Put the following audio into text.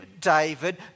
David